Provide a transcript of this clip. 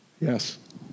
Yes